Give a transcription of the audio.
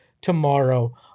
tomorrow